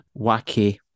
wacky